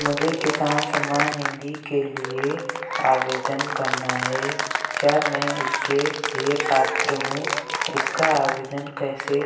मुझे किसान सम्मान निधि के लिए आवेदन करना है क्या मैं इसके लिए पात्र हूँ इसका आवेदन कैसे